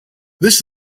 this